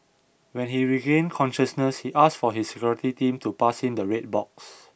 when he regained consciousness he asked for his security team to pass him the red box